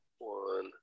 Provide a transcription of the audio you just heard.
one